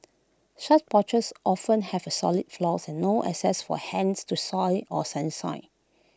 such porches often have solid floors and no access for hens to soil or sunshine